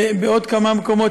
בעוד כמה מקומות,